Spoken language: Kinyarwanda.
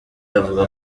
avuga